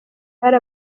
ari